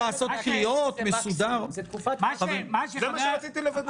החוק מדבר על תקופות מקסימום.